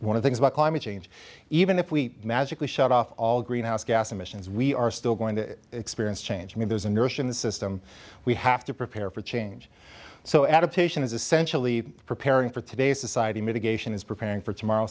one of things about climate change even if we magically shut off all greenhouse gas emissions we are still going to experience change when there's a nurse in the system we have to prepare for change so adaptation is essentially preparing for today's society mitigation is preparing for tomorrow